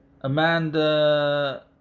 amanda